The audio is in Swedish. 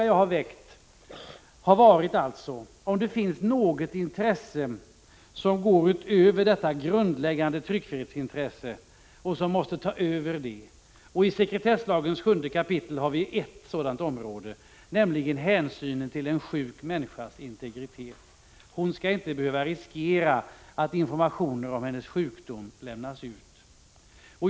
Jag har väckt frågan om det finns något intresse som går utöver detta grundläggande tryckfrihetsintresse och måste ta över det. I sekretesslagens 7 kap. har vi ett sådant område, nämligen hänsynen till en sjuk människas integritet. Hon skall inte behöva riskera att informationen om hennes sjukdom lämnas ut.